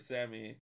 Sammy